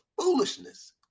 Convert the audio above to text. foolishness